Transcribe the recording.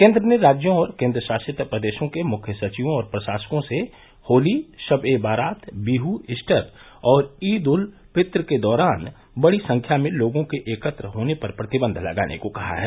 केन्द्र ने राज्यों और केन्द्रशासित प्रदेशों के मुख्य सचिवों और प्रशासकों से होली शब ए बारात बिहू ईस्टर और ईद उल फित्र के दौरान बड़ी संख्या में लोगों के एकत्र होने पर प्रतिबंध लगाने को कहा है